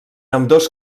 ambdós